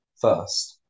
first